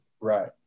Right